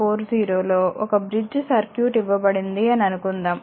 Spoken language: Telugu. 40 లో ఒక బ్రిడ్జ్ సర్క్యూట్ ఇవ్వబడింది అని అనుకుందాం